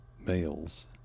males